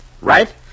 Right